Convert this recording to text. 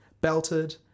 belted